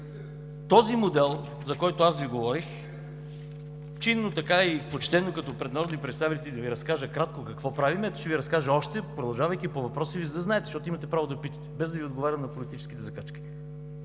Този модел, за който аз Ви говорих, чинно и почтено като пред народни представители да Ви разкажа кратко какво правим, ще Ви разкажа още, продължавайки по въпроса, за да знаете, защото имате право да питате, без да Ви отговарям на политическите закачки.